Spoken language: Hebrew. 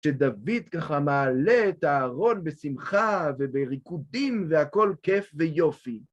כשדוד ככה מעלה את הארון בשמחה ובריקודים והכל כיף ויופי.